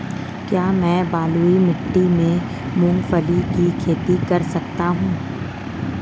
क्या मैं बलुई मिट्टी में मूंगफली की खेती कर सकता हूँ?